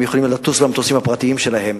הם יכולים לטוס במטוסים הפרטיים שלהם.